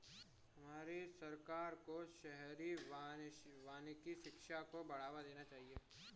हमारे सरकार को शहरी वानिकी शिक्षा को बढ़ावा देना चाहिए